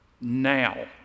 now